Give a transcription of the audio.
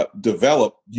develop